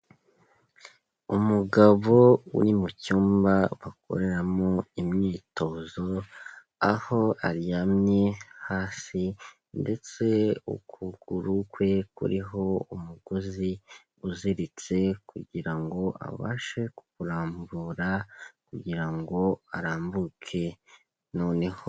Umugabo uri mu cyumba bakoreramo imyitozo, aho aryamye hasi ndetse ukuguru kwe kuriho umugozi uziritse kugira ngo abashe, kukurambura kugira ngo arambuke noneho.